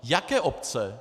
Jaké obce?